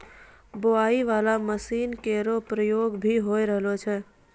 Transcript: बोआई बाला मसीन केरो प्रयोग भी होय रहलो छै